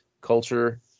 Culture